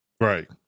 Right